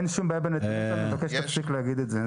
אין שום בעיה בנתונים שלנו ואני מבקש שתפסיק להגיד את זה.